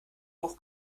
hoch